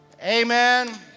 Amen